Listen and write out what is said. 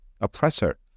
oppressor